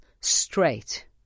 straight